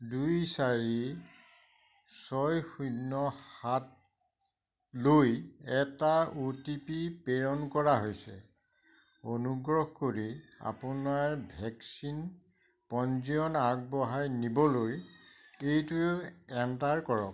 দুই চাৰি ছয় শূন্য সাতলৈ এটা অ' টি পি প্ৰেৰণ কৰা হৈছে অনুগ্ৰহ কৰি আপোনাৰ ভেকচিন পঞ্জীয়ন আগবঢ়াই নিবলৈ এইটো এণ্টাৰ কৰক